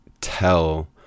tell